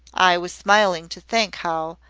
i was smiling to think how,